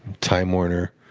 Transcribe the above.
time warner,